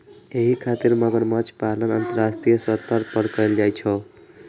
एहि खातिर मगरमच्छ पालन अंतरराष्ट्रीय स्तर पर कैल जाइ छै